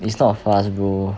it's not fast bro